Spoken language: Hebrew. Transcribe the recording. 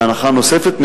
להנחה נוספת,